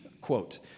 quote